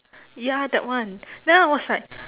ya that one then I was like